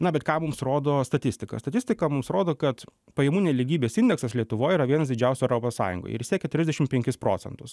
na bet ką mums rodo statistika statistika mums rodo kad pajamų nelygybės indeksas lietuvoje yra vienas didžiausių europos sąjungoj ir jis siekia trisdešim procentus